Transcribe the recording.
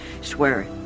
Swear